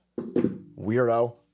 Weirdo